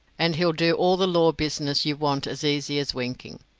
and he'll do all the law business you want as easy as winking.